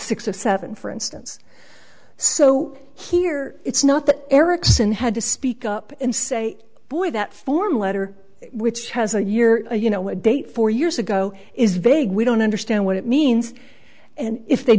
six or seven for instance so here it's not that erickson had to speak up and say boy that form letter which has a year you know what date four years ago is vague we don't understand what it means and if they